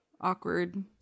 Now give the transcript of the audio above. awkward